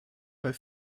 bei